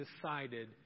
decided